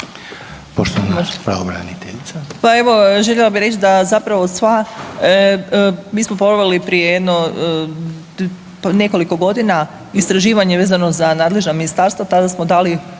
što je pravobraniteljica